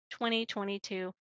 2022